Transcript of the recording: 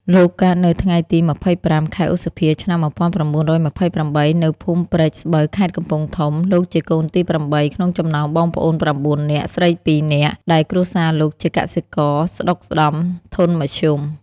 លោកកើតនៅថ្ងៃទី២៥ ខែឧសភាឆ្នាំ១៩២៨ នៅភូមិព្រែកស្បូវខេត្តកំពង់ធំ លោកជាកូនទី៨ ក្នុងចំណោមបងប្អូន៩នាក់ ស្រីពីរនាក់ ដែលគ្រួសារលោកជាកសិករស្តុកស្តម្ភធនមធ្យម។